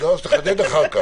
אז תחדד אחר כך.